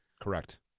Correct